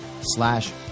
slash